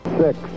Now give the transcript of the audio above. six